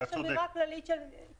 יש סירת שירות,